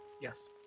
yes